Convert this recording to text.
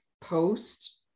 post